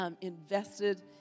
invested